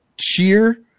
cheer